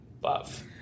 love